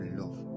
love